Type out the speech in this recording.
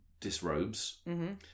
disrobes